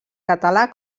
català